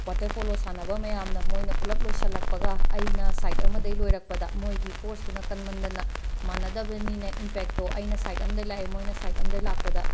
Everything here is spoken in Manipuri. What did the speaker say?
ꯋꯥꯇꯔ ꯄꯣꯂꯣ ꯁꯥꯟꯅꯕ ꯃꯌꯥꯝꯅ ꯃꯣꯏꯅ ꯄꯨꯜꯂꯞ ꯂꯣꯏꯁꯜꯂꯛꯄꯒ ꯑꯩꯅ ꯁꯥꯏꯠ ꯑꯃꯗꯒꯤ ꯂꯣꯏꯔꯛꯄꯗ ꯃꯣꯏꯒꯤ ꯐꯣꯔꯁꯇꯨꯅ ꯀꯟꯃꯟꯗꯅ ꯃꯥꯟꯅꯗꯕꯅꯤꯅ ꯏꯝꯄꯦꯛꯇꯣ ꯑꯩꯅ ꯁꯥꯏꯠ ꯑꯝꯗꯒꯤ ꯂꯥꯛꯑꯦ ꯃꯣꯏꯅ ꯁꯥꯏꯠ ꯑꯝꯗꯒꯤ ꯂꯥꯛꯄꯗ